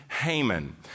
Haman